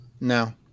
no